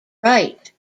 right